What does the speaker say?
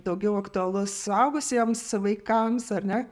daugiau aktualus suaugusiems vaikams ar ne